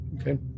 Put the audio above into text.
Okay